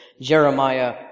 Jeremiah